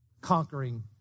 Conquering